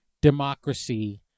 democracy